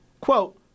quote